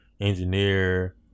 engineer